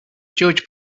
judge